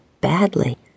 badly